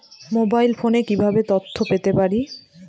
Mobile ফোনে কিভাবে তথ্য পেতে পারি?